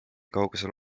kaugusel